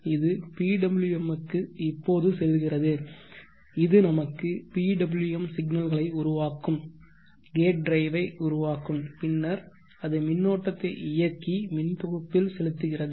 இது PWM க்குச் இப்போது செல்கிறது இது நமக்கு PWM சிக்னல்களை உருவாக்கும் கேட் டிரைவை உருவாக்கும் பின்னர் அது மின்னோட்டத்தை இயக்கி மின் தொகுப்பில் செலுத்துகிறது